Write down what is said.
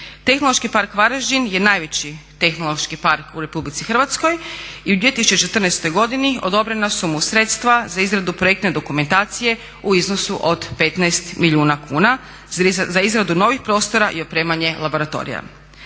Tehnološki park Varaždin je najveći tehnološki park u RH i u 2014.godini odobrena su mu sredstva za izradu projektne dokumentacije u iznosu od 15milijuna kuna za izradu novih prostora i opremanje laboratorija.